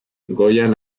goian